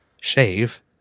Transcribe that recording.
shave